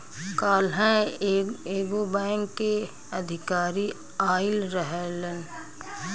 काल्ह एगो बैंक के अधिकारी आइल रहलन